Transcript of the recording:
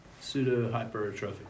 Pseudo-hypertrophic